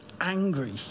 angry